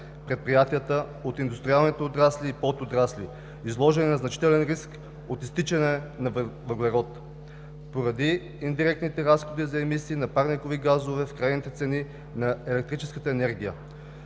предприятията от индустриалните отрасли и подотрасли, изложени на значителен риск от „изтичане на въглерод“ поради индиректните разходи за емисии на парникови газове в крайните цени на електрическата енергия.